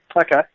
Okay